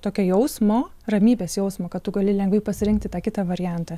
tokio jausmo ramybės jausmo kad tu gali lengvai pasirinkti tą kitą variantą